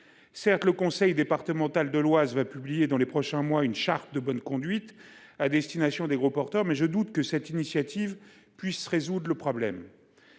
Certes, le conseil départemental de l’Oise publiera, dans les prochains mois, une charte de bonne conduite à destination des transporteurs, mais je doute que cette initiative résolve le problème.